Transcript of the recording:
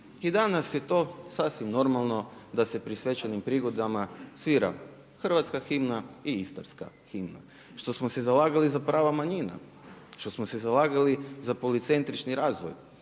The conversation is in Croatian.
I danas je to sasvim normalno da se pri svečanim prigodama svira hrvatska himna i Istarska himna, što smo se zalagali za prava manjina, što smo se zalagali za policentrični razvoj.